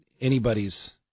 anybody's